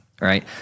Right